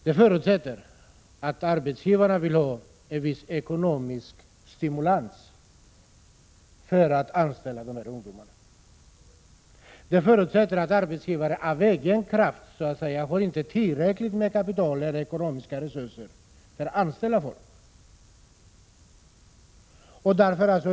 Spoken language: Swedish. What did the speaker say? Det förutsätter att arbetsgivare får en viss ekonomisk stimulans för att anställa dessa ungdomar. Det innebär att arbetsgivare inte har tillräckligt med kapital eller ekonomiska resurser för att av egen kraft anställa folk.